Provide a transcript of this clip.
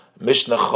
Mishnah